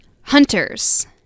hunters